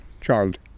child